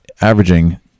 averaging